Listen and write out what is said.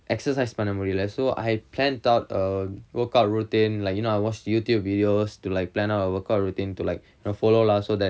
exercise பண்ண முடியல:panna mudiyala so I had planned out a workout routine like you know I watched youtube videos to like plan out a workout routine to like you know follow lah so that